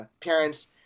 parents